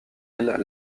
îles